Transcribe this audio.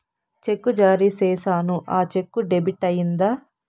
చెక్కు జారీ సేసాను, ఆ చెక్కు డెబిట్ అయిందా